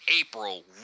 April